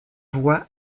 voix